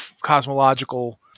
cosmological